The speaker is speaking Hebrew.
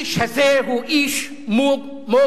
האיש הזה הוא איש מוג-לב.